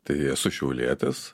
tai esu šiaulietis